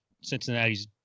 Cincinnati's